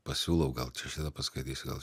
pasiūlau gal čia šitą paskaitysiu gal